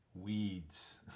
Weeds